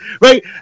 Right